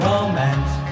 Romance